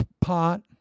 pot